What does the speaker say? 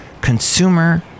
Consumer